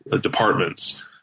departments